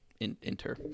Inter